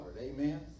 Amen